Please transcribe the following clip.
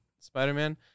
Spider-Man